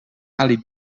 ali